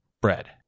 bread